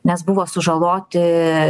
nes buvo sužaloti